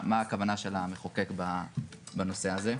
מה הכוונה של המחוקק בנושא הזה?